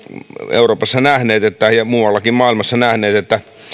euroopassa nähneet ja muuallakin maailmassa nähneet että